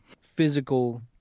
physical